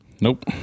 Nope